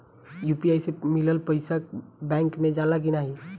UPI से मिलल पईसा बैंक मे जाला की नाहीं?